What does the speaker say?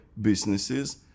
businesses